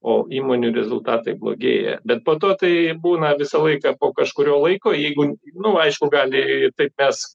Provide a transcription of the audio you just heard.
o įmonių rezultatai blogėja bet po to tai būna visą laiką po kažkurio laiko jeigu nu aišku gali taip mes